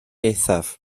eithaf